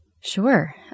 Sure